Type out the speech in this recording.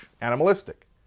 animalistic